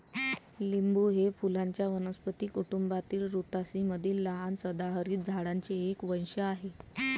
लिंबू हे फुलांच्या वनस्पती कुटुंबातील रुतासी मधील लहान सदाहरित झाडांचे एक वंश आहे